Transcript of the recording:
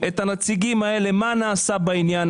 הדבר השלישי שצריך להביא בחשבון זה שחלק מהעלייה